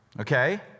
okay